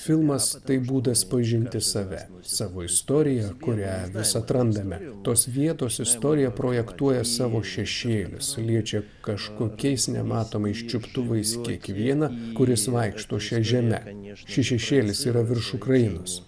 filmas tai būdas pažinti save savo istoriją kurią vis atrandame tos vietos istorija projektuoja savo šešėlius liečia kažkokiais nematomais čiuptuvais kiekvieną kuris vaikšto šia žeme šis šešėlis yra virš ukrainos